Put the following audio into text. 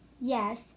Yes